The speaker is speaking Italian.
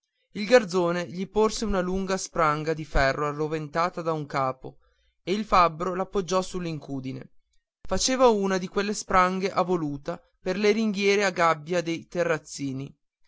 il garzone gli porse una lunga spranga di ferro arroventata da un capo e il fabbro l'appoggiò sull'incudine faceva una di quelle spranghe a voluta per le ringhiere a gabbia dei terrazzini